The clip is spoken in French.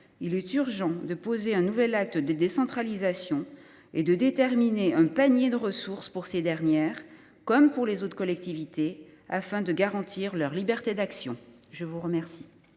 il est urgent de poser un nouvel acte de décentralisation et de déterminer un panier de ressources pour ces dernières, comme pour les autres collectivités, afin de garantir leur liberté d’action. La parole